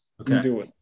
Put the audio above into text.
okay